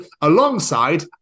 alongside